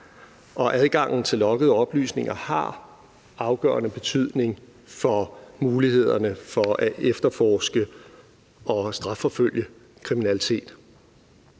adgangen til loggede oplysninger har afgørende betydning for mulighederne for at efterforske og strafforfølge kriminalitet.